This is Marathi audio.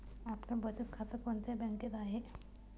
आपलं बचत खातं कोणत्या बँकेत आहे?